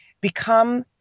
become